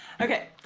Okay